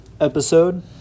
episode